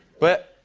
but